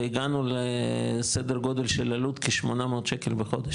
והגענו לסדר גודל של עלות של כ-800 ₪ בחודש.